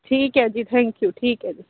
ਠੀਕ ਹੈ ਜੀ ਥੈਂਕ ਯੂ ਠੀਕ ਹੈ ਜੀ